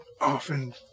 often